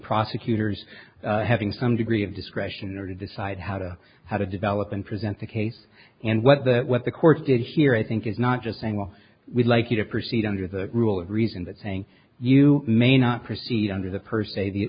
prosecutors having some degree of discretion or to decide how to how to develop and present the case and what that what the court did here i think is not just saying well we'd like you to proceed under the rule of reason that saying you may not proceed under the per se the